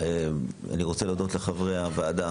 אני רוצות לחברי הוועדה,